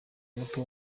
muto